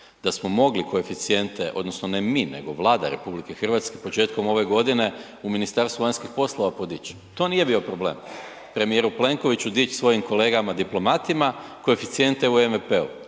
Da smo mogli koeficijente, odnosno ne mi, nego Vlada RH početkom ove godine u Ministarstvu vanjskih poslova podići. To nije bio premijeru Plenkoviću dići svojim kolegama diplomatima koeficijente u MVP-u.